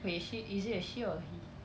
wait she is it a she or a he